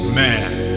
man